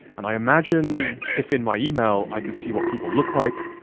and i imagined if in my email i could see what people look like,